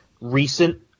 recent